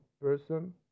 person